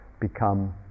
become